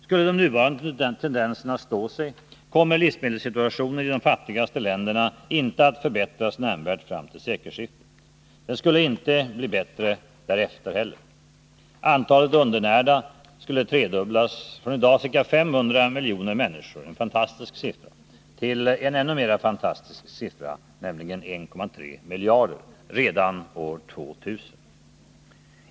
Skulle de nuvarande tendenserna stå sig, kommer livsmedelssituationen i de fattigaste länderna inte att förbättras nämnvärt fram till sekelskiftet. Den skulle inte bli bättre därefter heller. Antalet undernärda skulle tredubblas, från i dag ca 500 miljoner människor, en fantastisk siffra, till en ännu mer fantastisk, nämligen 1,3 miljarder redan år 2000.